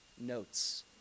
notes